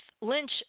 Lynch